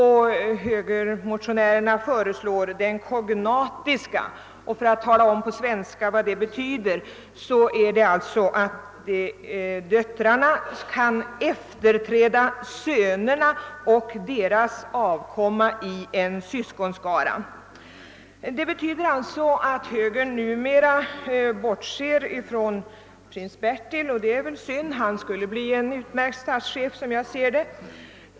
Högermotionäreérna föreslår den kognatiska, vilket alltså på svenska betyder att döttrarna kan efterträda sönerna och deras åvkomna i en syskonskara. Högern bortser alltså numera från prins Bertil, och det är väl synd. Som jag ser det skulle han kunna bli en utmärkt statschef.